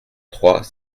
trois